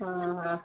ହଁ ହଁ